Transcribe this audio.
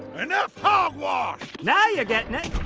and enough hogwash! now you're getting it.